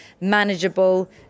manageable